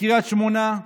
בקריית שמונה,